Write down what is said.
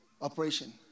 operation